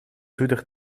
zoeter